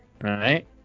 right